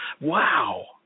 Wow